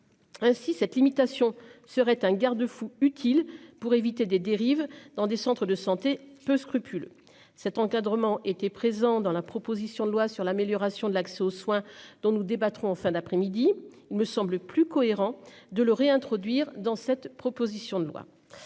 Ainsi cette limitation serait un garde-fou utile pour éviter des dérives dans des centres de santé peu scrupuleux cet encadrement étaient présents dans la proposition de loi sur l'amélioration de l'accès aux soins dont nous débattrons en fin d'après-midi il me semble plus cohérent de le réintroduire dans cette proposition de loi.